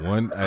One